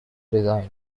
design